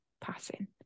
passing